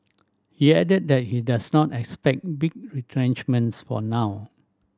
he added that he does not expect big retrenchments for now